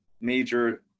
major